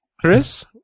Chris